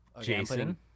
Jason